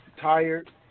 tired